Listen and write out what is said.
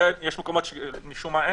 אבל יש מקומות שמשום מה,